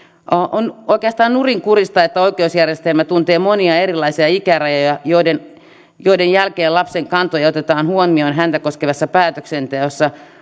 on oikeastaan nurinkurista että oikeusjärjestelmä tuntee monia erilaisia ikärajoja joiden joiden jälkeen lapsen kantoja otetaan huomioon häntä koskevassa päätöksenteossa